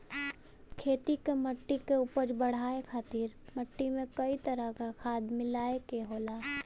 खेती क मट्टी क उपज बढ़ाये खातिर मट्टी में कई तरह क खाद मिलाये के होला